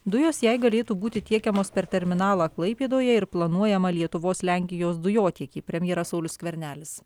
dujos jai galėtų būti tiekiamos per terminalą klaipėdoje ir planuojamą lietuvos lenkijos dujotiekį premjeras saulius skvernelis